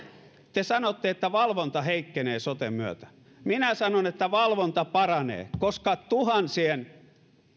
te sanotte että valvonta heikkenee soten myötä minä sanon että valvonta paranee koska tuhansien